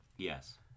Yes